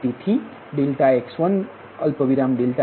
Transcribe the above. તેથી ∆x1 ∆x2